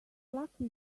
lucky